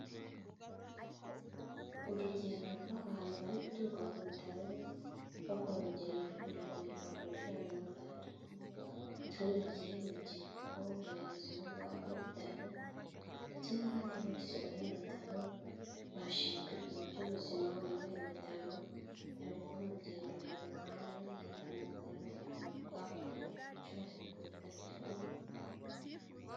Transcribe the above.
Urugendo rw'abantu bari guturuka ku bitaro, bakora urugendo rwo kujya kwibuka ku nshuro ya mirongo itatu, abaturage, urubyiruko, abayobozi b'ibitaro ndetse n'abandi bose bari mu bitaro, bashinzwe ibintu by'ubuzima muri ibi bitaro, bari gukora urugendo bari mu muhanda bagenda mu nzira bajya kwibuka, ku nshuro ya mirongo itatu.